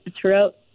throughout